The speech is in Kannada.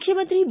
ಮುಖ್ಯಮಂತ್ರಿ ಬಿ